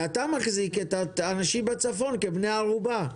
ואתה מחזיק את האנשים בצפון כבני ערובה,